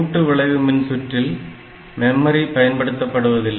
கூட்டு விளைவு மின்சுற்றில் மெமரி பயன்படுத்தப்படுவதில்லை